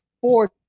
four